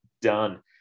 done